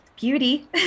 beauty